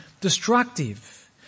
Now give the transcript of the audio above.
destructive